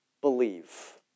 believe